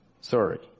Sorry